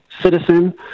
citizen